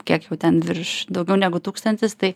kiek jau ten virš daugiau negu tūkstantis tai